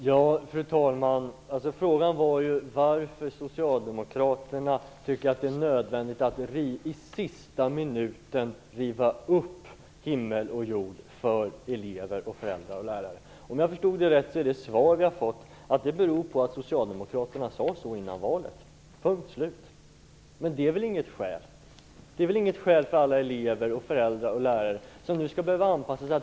Fru talman! För det första var första frågan varför Socialdemokraterna tycker att det är nödvändigt att i sista minuten riva upp himmel och jord för elever, föräldrar och lärare. Om jag förstod det rätt är det svar vi har fått att det beror på att Socialdemokraterna sade så innan valet, punkt slut. Det är väl inget skäl för alla elever, föräldrar och lärare som nu behöver anpassa sig?